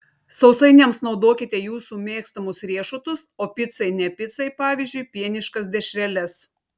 sausainiams naudokite jūsų mėgstamus riešutus o picai ne picai pavyzdžiui pieniškas dešreles